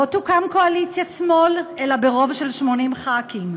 לא תוקם קואליציית שמאל אלא ברוב של 80 ח"כים,